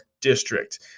District